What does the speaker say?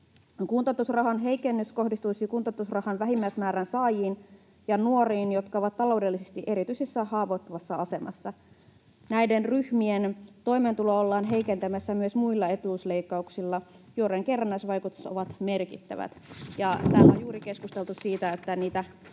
Kuntoutusrahan heikennys kohdistuisi kuntoutusrahan vähimmäismäärän saajiin ja nuoriin, jotka ovat taloudellisesti erityisen haavoittuvassa asemassa. Näiden ryhmien toimeentuloa ollaan heikentämässä myös muilla etuusleikkauksilla, joiden kerrannaisvaikutukset ovat merkittävät. Täällä on juuri keskusteltu siitä, että niiden